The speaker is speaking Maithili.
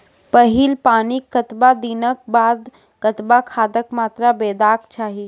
पहिल पानिक कतबा दिनऽक बाद कतबा खादक मात्रा देबाक चाही?